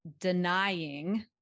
denying